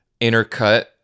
intercut